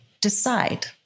decide